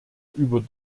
über